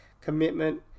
Commitment